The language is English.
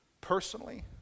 personally